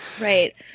Right